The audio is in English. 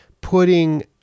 putting